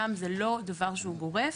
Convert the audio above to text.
שם, זה לא דבר שהוא גורף.